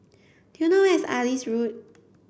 do you know where is Alis Road